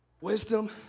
Wisdom